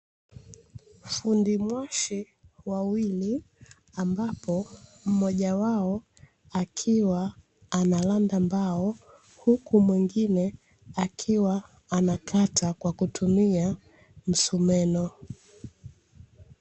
Fundi mwashi wawili ambapo mmoja wao akiwa anaranda mbao, huku mwingine akiwa anakata kwa kutumia msumeno.